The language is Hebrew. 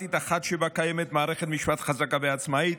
דמוקרטית אחת, שבה קיימת מערכת משפט חזקה ועצמאית.